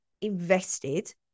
invested